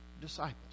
disciples